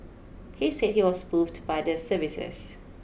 he said he was moved by the services